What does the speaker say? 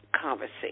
conversation